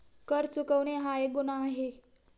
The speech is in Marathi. कर चुकवणे हा एक गुन्हा आहे